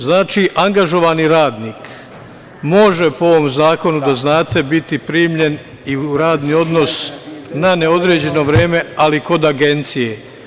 Znači, angažovani radnik može po ovom zakonu, da znate, biti primljen i u radni odnos na neodređeno vreme, ali kod Agencije.